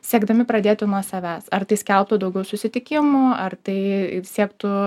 siekdami pradėti nuo savęs ar tai skelbtų daugiau susitikimų ar tai siektų